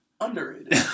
underrated